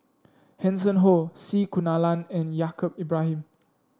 Hanson Ho C Kunalan and Yaacob Ibrahim